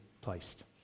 placed